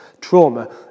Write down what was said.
trauma